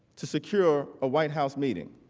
to secure a white house meeting.